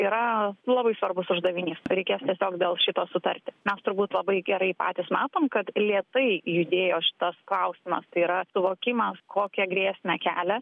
yra labai svarbus uždavinys reikės tiesiog dėl šito sutarti mes turbūt labai gerai patys matom kad lėtai judėjo šitas klausimas tai yra suvokimas kokią grėsmę kelia